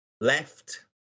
left